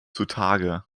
zutage